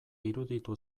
iruditu